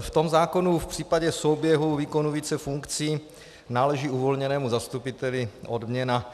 V tom zákonu v případě souběhu výkonu více funkcí náleží uvolněnému zastupiteli odměna